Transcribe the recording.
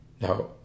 Now